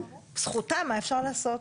זכותה, מה אפשר לעשות?